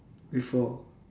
before